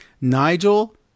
Nigel